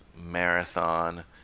marathon